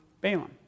Balaam